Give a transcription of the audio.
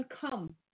Come